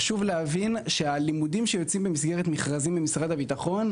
חשוב להבין שהלימודים שיוצאים במסגרת מכרזים ממשרד הביטחון,